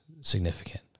significant